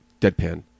Deadpan